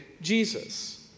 Jesus